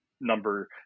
number